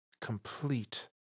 complete